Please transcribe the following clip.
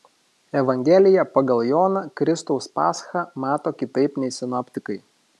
evangelija pagal joną kristaus paschą mato kitaip nei sinoptikai